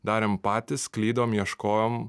darėm patys klydom ieškojom